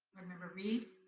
member reid.